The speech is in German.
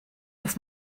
dass